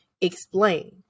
explain